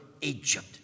Egypt